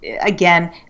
again